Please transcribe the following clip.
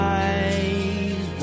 eyes